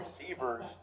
receivers